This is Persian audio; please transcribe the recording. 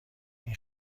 این